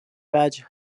وجه